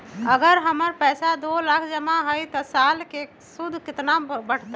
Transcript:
अगर हमर पैसा दो लाख जमा है त साल के सूद केतना बढेला?